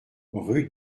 rue